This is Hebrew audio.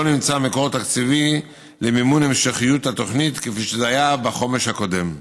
לא נמצא מקור תקציבי למימון המשכיות התוכנית כפי שזה היה בחומש הקודם.